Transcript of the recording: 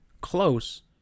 close